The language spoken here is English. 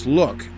look